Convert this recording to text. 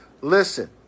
Listen